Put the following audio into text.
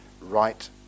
right